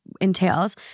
entails